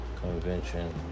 Convention